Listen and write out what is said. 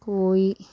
കോഴി